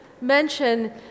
mention